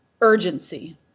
urgency